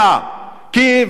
כי שר הפנים,